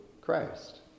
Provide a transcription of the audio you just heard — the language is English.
Christ